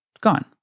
gone